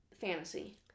fantasy